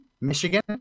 Michigan